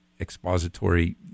expository